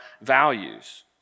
values